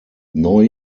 neu